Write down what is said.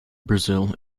brazil